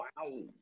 Wow